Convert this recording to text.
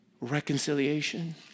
reconciliation